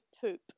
poop